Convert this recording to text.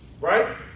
Right